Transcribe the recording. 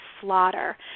slaughter